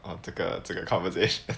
oh 这个这个 conversation